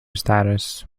status